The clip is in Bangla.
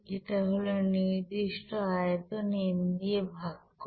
এটা হল নির্দিষ্ট আয়তন n দিয়ে ভাগ করা